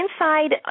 inside